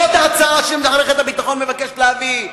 זאת ההצעה שמערכת הביטחון מבקשת להביא.